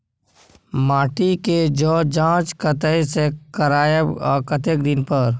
माटी के ज जॉंच कतय से करायब आ कतेक दिन पर?